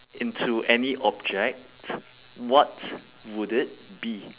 into any object what would it be